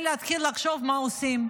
כדי להתחיל לחשוב מה עושים.